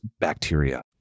bacteria